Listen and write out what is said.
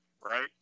right